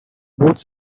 both